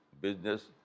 business